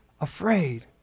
afraid